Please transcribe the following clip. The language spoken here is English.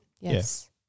Yes